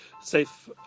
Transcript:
safe